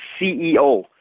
CEO